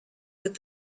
with